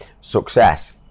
success